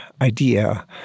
idea